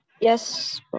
Yes